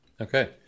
Okay